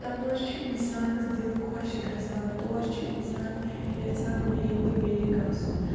تَپٲرۍ چھُ اِنسانَس دِل خۄش گژھان تور چھِ اِنسان یَژھان بیٚیہِ تہٕ بیٚیہِ گژھُن